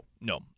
no